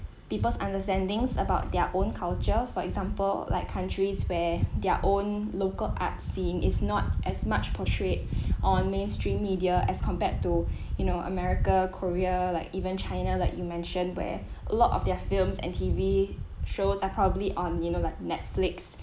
people's understandings about their own culture for example like countries where their own local arts scene is not as much portrayed on mainstream media as compared to you know america korea like even china like you mention where a lot of their films and tv shows are probably on you know like netflix